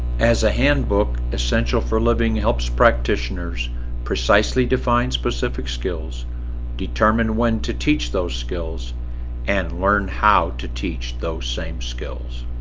as a handbook essential for living helps practitioners precisely define specific skills determine when to teach those skills and learn how to teach those same skills